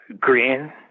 green